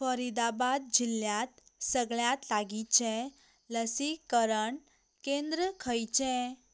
फरिदाबाद जिल्ल्यात सगळ्यात लागींचें लसीकरण केंद्र खंयचें